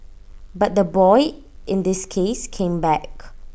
but the boy in this case came back